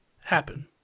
happen